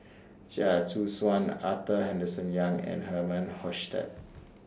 Chia Choo Suan Arthur Henderson Young and Herman Hochstadt